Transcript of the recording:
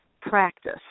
practice